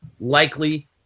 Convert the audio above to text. likely